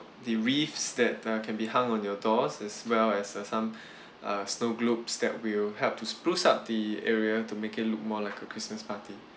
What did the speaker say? the reefs that uh can be hung on your doors as well as uh some uh snow globes that will help to spruce up the area to make it look more like a christmas party